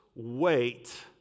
Wait